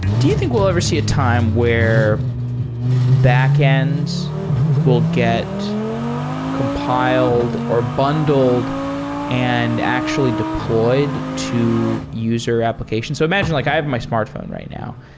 do you think we'll ever see a time where backends will get compiled or bundled and actually deployed to user applications? imagine like i have my smartphone right now.